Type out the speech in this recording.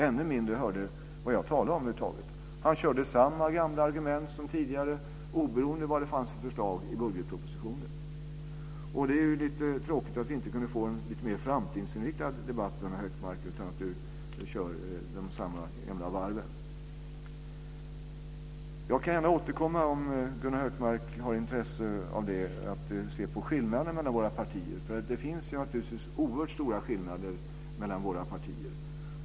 Än mindre verkar det som om han över huvud taget hörde på vad jag talade om. Han körde samma gamla argument som tidigare, oberoende av vad det finns för förslag i budgetpropositionen. Det är tråkigt att inte kunna få en lite mer framtidsinriktad debatt med Gunnar Hökmark, utan att han kör samma gamla varv. Jag kan gärna återkomma, om Gunnar Hökmark har intresse av det, till att se på skillnaden mellan våra partier. Det finns naturligtvis oerhört stora skillnader mellan våra partier.